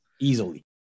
easily